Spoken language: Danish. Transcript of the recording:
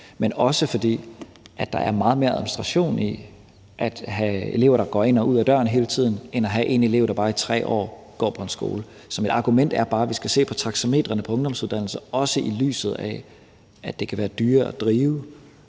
men også fordi der er meget mere administration i at have elever, der går ind og ud af døren hele tiden, end det er at have en elev, der bare i 3 år går på en skole. Mit argument er bare, at vi også skal se på taxametrene på ungdomsuddannelserne, set i lyset af at det kan være dyrere at drive